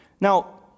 Now